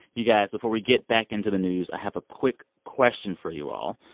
you guys, before we get back into the news, i have a quick question for you all.